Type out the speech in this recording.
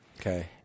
Okay